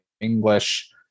English